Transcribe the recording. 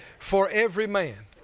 for every man.